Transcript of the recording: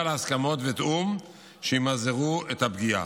להסכמות ותיאום שימזערו את הפגיעה.